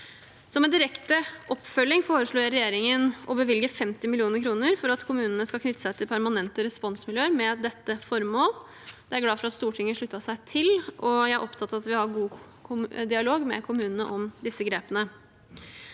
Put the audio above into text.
Som en direkte oppfølging foreslår regjeringen å bevilge 50 mill. kr for at kommunene skal knytte seg til permanente responsmiljøer med dette formålet. Det er jeg glad for at Stortinget har sluttet seg til, og jeg er opptatt av at vi har god dialog med kommunene om disse grepene.